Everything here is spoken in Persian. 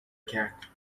کرد